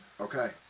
Okay